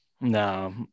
No